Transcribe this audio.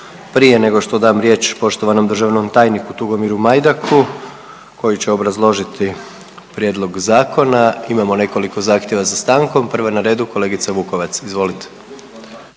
Prije nego što dam riječ poštovanom državnom tajniku Tugomiru Majdaku koji će obrazložiti prijedlog zakona, imamo nekoliko zahtjeva za stankom, prva na redu je kolegica Vukovac, izvolite.